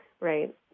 Right